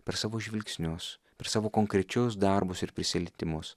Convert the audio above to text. per savo žvilgsnius per savo konkrečius darbus ir prisilietimus